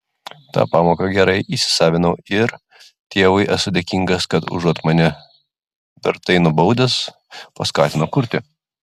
tą pamoką gerai įsisavinau ir tėvui esu dėkingas kad užuot mane vertai nubaudęs paskatino kurti